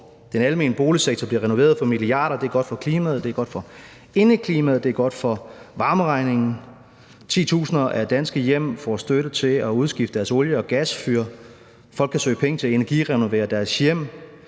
Den almene boligsektor bliver renoveret for milliarder – det er godt for klimaet, det er godt for indeklimaet, og det er godt for varmeregningen. Titusinder af danske hjem får støtte til at udskifte deres olie- og gasfyr. Folk kan søge penge til at energirenovere deres hjem.